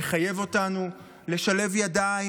הוא מחייב אותנו לשלב ידיים,